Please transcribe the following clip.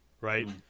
right